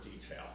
detail